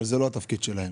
אבל זה לא התפקיד שלהם.